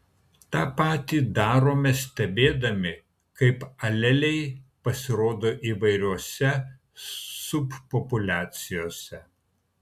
tą patį darome stebėdami kaip aleliai pasirodo įvairiose subpopuliacijose